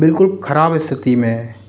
बिल्कुल ख़राब स्थिति में है